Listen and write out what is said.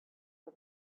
for